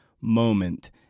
moment